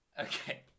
okay